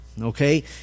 okay